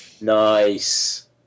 Nice